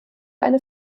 eine